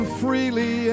freely